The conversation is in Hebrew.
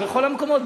בכל המקומות,